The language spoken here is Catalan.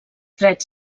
drets